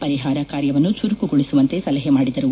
ಪರಿಹಾರ ಕಾರ್ಯವನ್ನು ಚುರುಕುಗೊಳಿಸುವಂತೆ ಸಲಹೆ ಮಾಡಿದರು